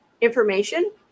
information